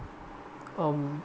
um